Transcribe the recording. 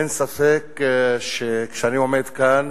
אין ספק שכשאני עומד כאן